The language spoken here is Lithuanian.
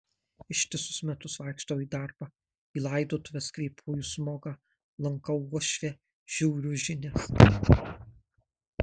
ištisus metus vaikštau į darbą į laidotuves kvėpuoju smogą lankau uošvę žiūriu žinias